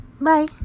Bye